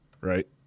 right